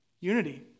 Unity